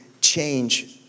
change